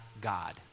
God